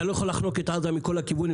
לא יכול לחנוק את עזה מכל הכיוונים.